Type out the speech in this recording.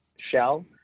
shell